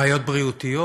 בעיות בריאות,